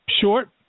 short